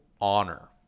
honor